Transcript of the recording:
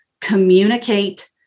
communicate